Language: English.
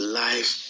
life